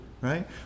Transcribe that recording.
right